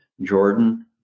Jordan